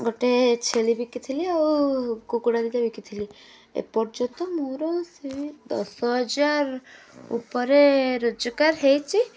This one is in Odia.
ଗୋଟେ ଛେଳି ବିକିଥିଲି ଆଉ କୁକୁଡ଼ା ଦୁଇଟା ବିକିଥିଲି ଏପର୍ଯ୍ୟନ୍ତ ମୋର ସେଇ ଦଶ ହଜାର ଉପରେ ରୋଜଗାର ହେଇଛି